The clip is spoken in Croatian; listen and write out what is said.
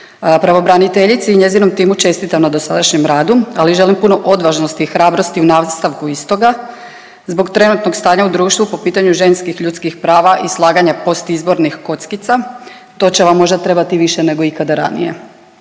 Pravobraniteljici i njezinom timu čestitam na dosadašnjem radu, ali i želim puno odvažnosti i hrabrosti u nastavku istoga zbog trenutnog stanja u društvu po pitanju ženskih ljudskih prava i slaganja postizbornih kockica to će vam možda trebati više nego ikada ranije.